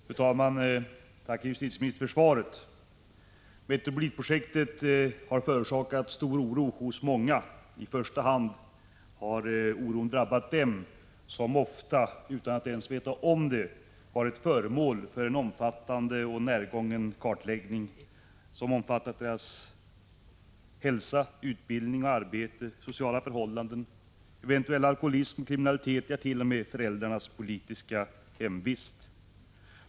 Fru talman! Jag tackar justitieministern för svaret. Metropolitprojektet har förorsakat stor oro hos många. I första hand har oron drabbat dem som ofta utan att ens veta om det varit föremål för en omfattande och närgången kartläggning, vilken inbegripit deras hälsa, utbildning och arbete, sociala förhållanden, eventuell alkoholism och kriminalitet, ja, t.o.m. föräldrarnas politiska hemvist.